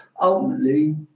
ultimately